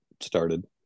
started